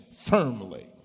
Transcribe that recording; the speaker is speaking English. firmly